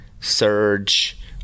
surge